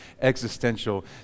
existential